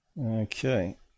okay